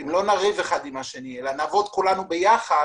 אם לא נריב אחד עם השני אלא נעבוד כולנו ביחד